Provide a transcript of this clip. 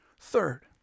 Third